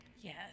yes